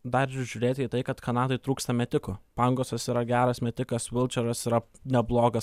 dar žiūrėti į tai kad kanadoj trūksta metikų pangosas yra geras metikas vilčeras yra neblogas